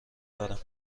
دارم